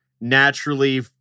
naturally